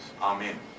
Amen